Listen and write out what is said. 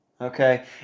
Okay